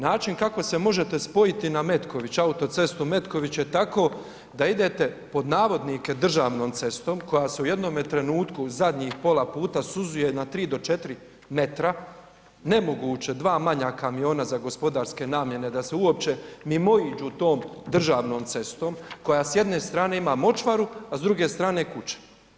Način kako se možete spojiti na Metković, autocestu Metković je tako da idete pod navodnike državnom cestom koja se u jednome trenutku zadnjih pola puta suzuje na 3 do 4 metra, nemoguće dva manja kamiona za gospodarske namjene da se uopće mimoiđu tom državnom cestom koja s jedne strane ima močvaru a s druge strane kuće.